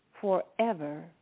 forever